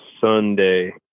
Sunday